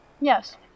Yes